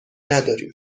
نداریم